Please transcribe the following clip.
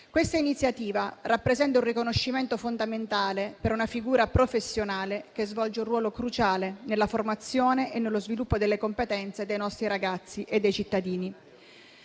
Questa iniziativa rappresenta un riconoscimento fondamentale per una figura professionale che svolge un ruolo cruciale nella formazione e nello sviluppo delle competenze dei nostri ragazzi e dei cittadini.